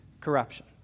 corruption